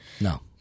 no